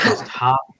top